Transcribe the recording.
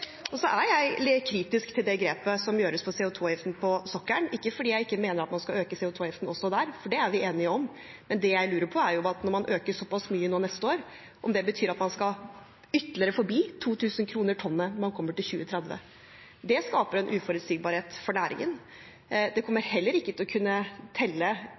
Så er jeg kritisk til det grepet som gjøres for CO 2 -avgiften på sokkelen, ikke fordi jeg ikke mener at man skal øke CO 2 -aviften også der – for det er vi enige om. Men det jeg lurer på, når man øker såpass mye neste år, er om det betyr at man ytterligere skal forbi 2 000 kr tonnet når man kommer til 2030. Det skaper en uforutsigbarhet for næringen. Det kommer heller ikke til å kunne telle